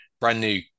brand-new